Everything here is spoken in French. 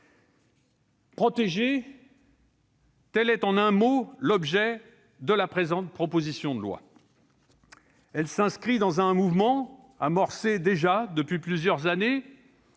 Protéger : tel est, en un mot, l'objet de la présente proposition de loi, qui s'inscrit dans un mouvement amorcé depuis déjà plusieurs années,